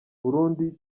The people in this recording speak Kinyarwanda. burundi